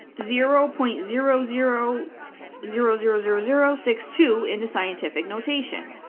zero point zero zero zero zero zero zero six two into scientific notation.